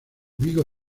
vigo